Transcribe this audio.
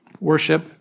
worship